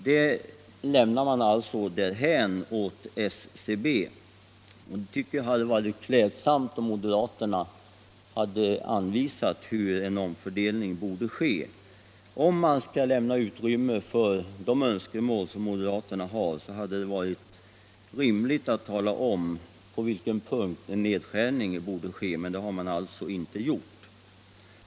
Detta överlämnar man alltså åt SCB. Jag tycker det hade varit klädsamt om moderaterna hade anvisat hur en fördelning borde ske. Om man skall lämna utrymme för de önskemål moderaterna har hade det varit rimligt att tala om på vilka punkter en nedskärning borde ske. Detta har man alltså inte gjort.